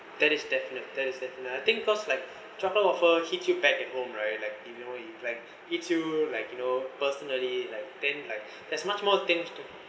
that is definite that is definite I think because like chocolate waffle hit you bad at home right like if you know if like hits you like you know personally like ten like there's much more things to